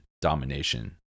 domination